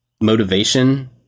motivation